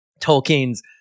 Tolkien's